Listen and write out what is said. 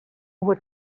would